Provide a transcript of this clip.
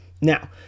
Now